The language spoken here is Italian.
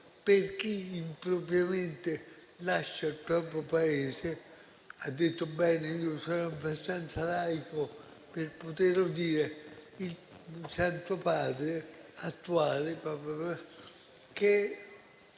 per chi impropriamente lascia il proprio Paese. Ha detto bene - sono abbastanza laico per poterlo dire - il Santo Padre: il diritto